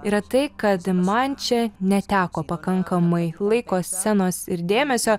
yra tai kad man čia neteko pakankamai laiko scenos ir dėmesio